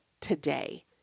today